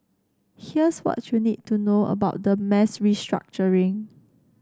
here's what you need to know about the mass restructuring